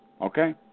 Okay